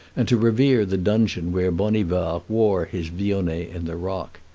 and to revere the dungeon where bonivard wore his vionnet in the rock.